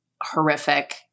horrific